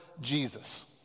Jesus